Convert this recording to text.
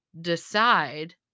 decide